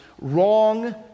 wrong